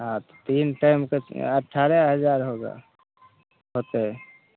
हँ तीन टाइमके अठारह हजार होगा होयतै